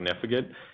significant